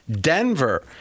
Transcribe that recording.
Denver